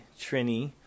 Trini